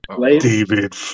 David